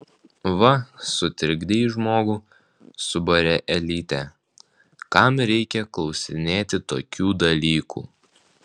va sutrikdei žmogų subarė elytė kam reikia klausinėti tokių dalykų